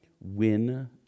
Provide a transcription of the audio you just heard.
win